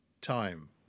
Time